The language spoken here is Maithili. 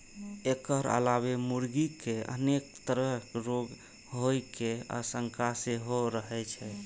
एकर अलावे मुर्गी कें अनेक तरहक रोग होइ के आशंका सेहो रहै छै